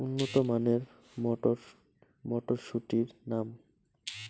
উন্নত মানের মটর মটরশুটির নাম?